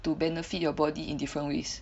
to benefit your body in different ways